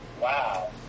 Wow